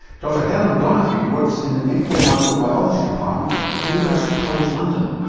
dr helen donoghue works in the medical microbiology department at university college london.